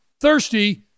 Thirsty